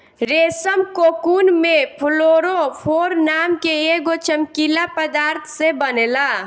रेशम कोकून में फ्लोरोफोर नाम के एगो चमकीला पदार्थ से बनेला